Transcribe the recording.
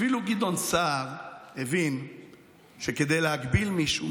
אפילו גדעון סער הבין שכדי להגביל מישהו,